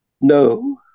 No